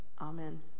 Amen